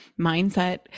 mindset